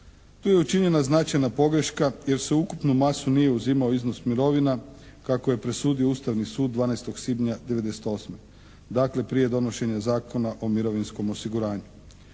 Tu je učinjena značajna pogreška jer sveukupnu masu nije uzimao iznos mirovina kako je presudio Ustavni sud 12. svibnja '98., dakle prije donošenja Zakona o mirovinskom osiguranju.